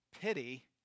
pity